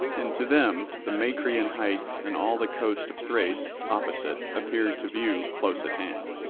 and to them the macrian heights and all the coast of thrace opposite appeared to view close at hand.